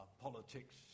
politics